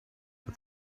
but